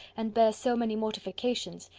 and bear so many mortifications,